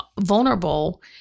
vulnerable